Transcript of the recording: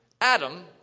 Adam